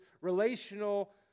relational